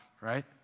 right